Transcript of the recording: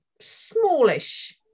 smallish